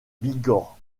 bigorre